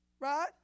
right